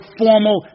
formal